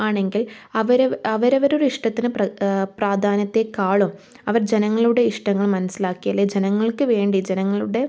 ആണെങ്കിൽ അവരവരുടെ ഇഷ്ടത്തിന് പ്രാധാന്യത്തെക്കാളും അവർ ജനങ്ങളുടെ ഇഷ്ടങ്ങൾ മനസ്സിലാക്കി അല്ലെങ്കിൽ ജനങ്ങൾക്ക് വേണ്ടി ജനങ്ങളുടെ